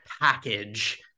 package